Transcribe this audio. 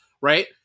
right